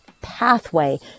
pathway